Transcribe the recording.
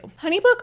HoneyBook